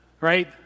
right